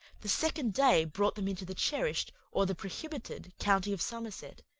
the second day brought them into the cherished, or the prohibited, county of somerset,